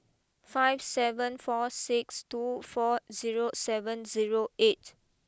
five seven four six two four zero seven zero eight